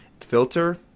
filter